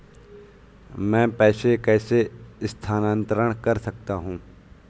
मैं पैसे कैसे स्थानांतरण कर सकता हूँ?